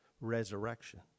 resurrection